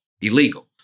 illegal